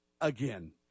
again